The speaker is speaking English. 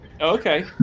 Okay